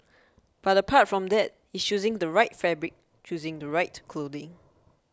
but apart from that it's choosing the right fabric choosing the right clothing